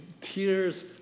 tears